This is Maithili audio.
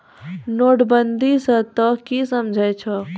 नोटबंदी स तों की समझै छौ